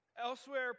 Elsewhere